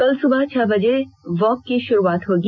कल सुबह छह बजे वॉक की शुरुआत होगी